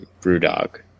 BrewDog